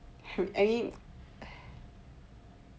I mean